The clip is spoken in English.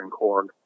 Korg